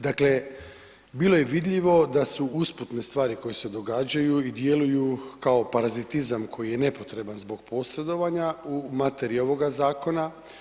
Dakle, bilo je vidljivo da su usputne stvari koje se događaju i djeluju kao parazitizam koji je nepotreban zbog posredovanja u materiji ovoga zakona.